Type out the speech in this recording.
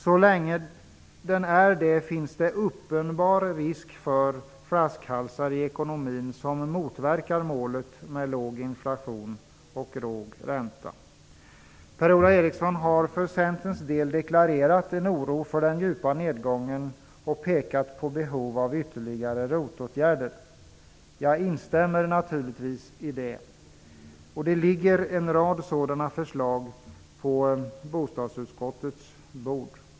Så länge den är det finns det en uppenbar risk för flaskhalsar i ekonomin som motverkar målet med låg inflation och låg ränta. Per-Ola Eriksson har för Centerns del deklarerat en oro över den djupa nedgången och pekat på behovet av ytterligare ROT-åtgärder. Jag instämmer naturligtvis i det. Det ligger en rad sådana förslag på bostadsutskottets bord.